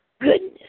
goodness